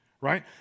right